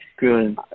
Good